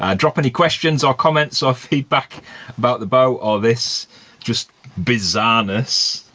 ah drop any questions or comments or feedback about the boat or this just bizarreness.